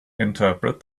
interpret